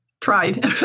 Tried